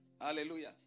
Hallelujah